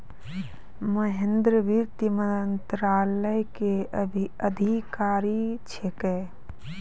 महेन्द्र वित्त मंत्रालय के अधिकारी छेकै